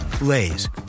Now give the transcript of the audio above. Lay's